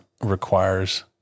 requires